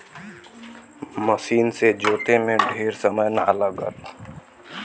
मसीन से जोते में समय ढेर ना लगला